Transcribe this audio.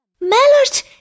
Melot